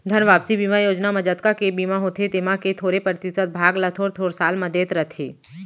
धन वापसी बीमा योजना म जतका के बीमा होथे तेमा के थोरे परतिसत भाग ल थोर थोर साल म देत रथें